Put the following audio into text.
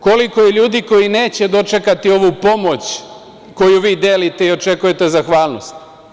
Koliko je ljudi koji neće dočekati ovu pomoć koju vi delite i očekujete zahvalnost?